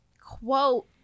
quote